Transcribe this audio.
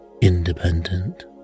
independent